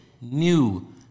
new